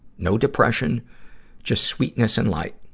no depression just sweetness and light.